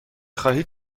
خواهید